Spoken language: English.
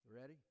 ready